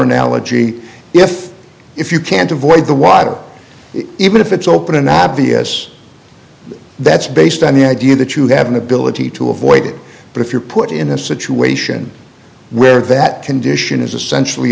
analogy if if you can't avoid the water even if it's open and obvious that's based on the idea that you have an ability to avoid it but if you're put in a situation where that condition is essentially